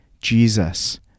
Jesus